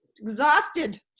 exhausted